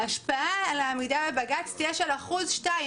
ההשפעה על העמידה בבג"צ תהיה של אחוז או שניים.